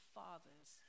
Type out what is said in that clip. fathers